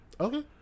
Okay